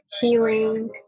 healing